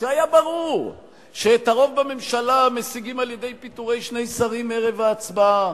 כשהיה ברור שאת הרוב בממשלה משיגים על-ידי פיטורי שני שרים ערב ההצבעה,